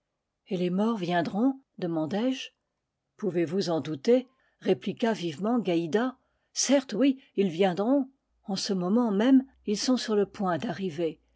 et les morts viendront demandai-je pouvez-vous en douter répliqua vivement gaïda certes oui ils viendront en ce moment même ils sont sur le point d'arriver